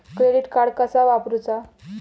Credit card कसा वापरूचा?